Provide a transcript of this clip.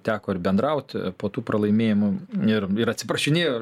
teko ir bendrauti po tų pralaimėjimų ir ir atsiprašinėjo